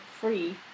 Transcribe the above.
free